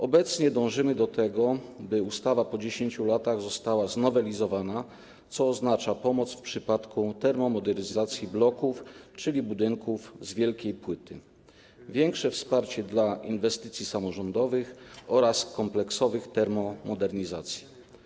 Obecnie dążymy do tego, by ustawa po 10 latach została znowelizowana, co oznacza pomoc w przypadku termomodernizacji bloków, czyli budynków z wielkiej płyty, większe wsparcie dla inwestycji samorządowych oraz kompleksowych termomodernizacji.